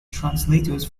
translators